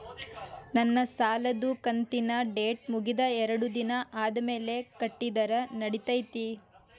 ನನ್ನ ಸಾಲದು ಕಂತಿನ ಡೇಟ್ ಮುಗಿದ ಎರಡು ದಿನ ಆದ್ಮೇಲೆ ಕಟ್ಟಿದರ ನಡಿತೈತಿ?